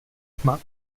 tma